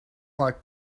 like